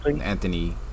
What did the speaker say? Anthony